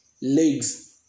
legs